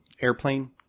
airplane